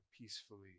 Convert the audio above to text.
peacefully